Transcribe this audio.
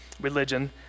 religion